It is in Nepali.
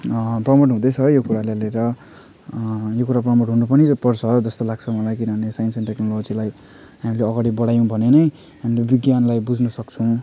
प्रमोट हुँदैछ यो कुरालाई लिएर यो कुरा प्रमोट हुनु पनि पर्छ जस्तो लाग्छ मलाई किनभने साइन्स एन टेक्नोलोजीलाई हामीले अगाडि बढायौँ भने नै हामीले विज्ञानलाई बुझ्नु सक्छौँ